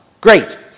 Great